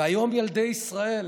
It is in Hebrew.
והיום ילדי ישראל,